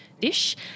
dish